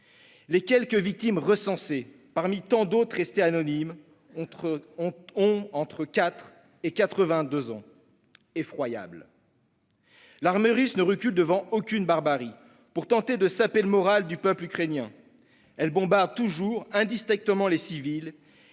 Les quelques victimes recensées, parmi tant d'autres restées anonymes, sont âgées de 4 ans à 82 ans. Effroyable ! L'armée russe ne recule devant aucune barbarie pour tenter de saper le moral du peuple ukrainien. Elle bombarde toujours indistinctement les civils